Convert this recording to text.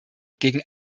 gegen